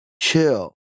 chill